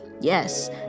yes